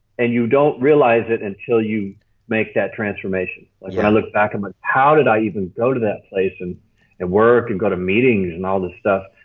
and you don't realize it until you make that transformation. like i look back and i'm like how did i even go to that place and and work and go to meetings and all this stuff.